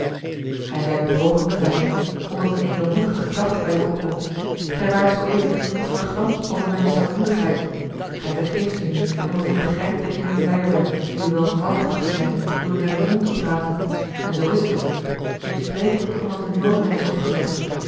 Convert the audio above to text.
gij zijt bewogen gravin omdat eene edelmoedige gedachte bij u opkomt gij waart zooeven wat vergramd over mijne stoutmoedigheid gij vergeeft die nu omdat gij begrijpt dat ik geen vleier ben die u welgevallig tracht te zijn door u naar den mond te praten en zoo is het ook ik spreek omdat de nood mij is opgelegd